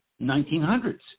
1900s